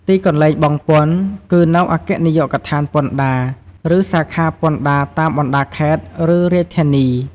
ទីកន្លែងបង់ពន្ធ គឺនៅអគ្គនាយកដ្ឋានពន្ធដារ ឬសាខាពន្ធដារតាមបណ្តាខេត្ត ឬរាជធានី។